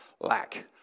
lack